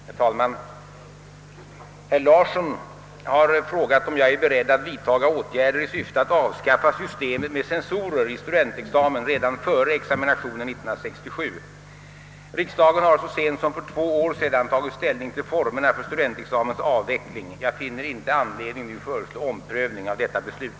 Herr talman! Herr Larsson i Borrby har frågat om jag är beredd att vidtaga åtgärder i syfte att avskaffa systemet med censorer i studentexamen redan före examinationen 1967. Riksdagen har så sent som för två år sedan tagit ställning till formerna för studentexamens avveckling. Jag finner inte anledning nu föreslå omprövning av detta beslut.